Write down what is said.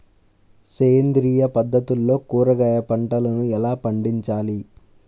సేంద్రియ పద్ధతుల్లో కూరగాయ పంటలను ఎలా పండించాలి?